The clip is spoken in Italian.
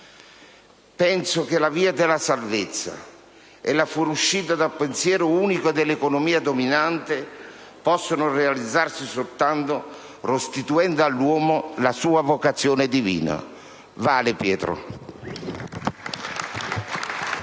(...) che la via della salvezza e la fuoriuscita dal pensiero unico dell'economia dominante possono realizzarsi soltanto restituendo all'uomo la sua vocazione divina». *Vale,* Pietro.